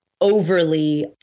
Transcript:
overly